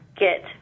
get